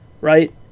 right